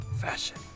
Fashion